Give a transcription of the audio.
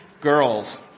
girls